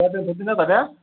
दे दोनथ'दिनि आदा दे